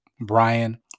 Brian